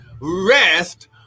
Rest